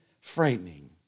frightening